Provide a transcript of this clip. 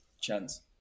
chance